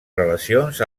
relacions